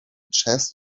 chest